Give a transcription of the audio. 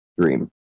dream